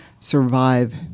survive